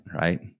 right